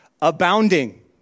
abounding